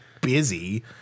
busy